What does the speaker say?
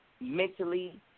mentally